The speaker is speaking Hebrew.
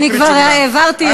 אני כבר העברתי יותר.